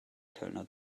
kölner